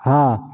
हँ